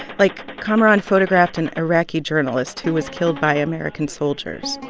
like, kamaran photographed an iraqi journalist who was killed by american soldiers.